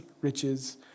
riches